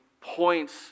points